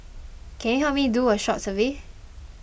can you help me do a short survey